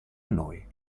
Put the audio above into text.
noi